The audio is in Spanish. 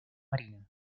marina